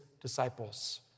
disciples